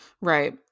Right